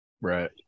right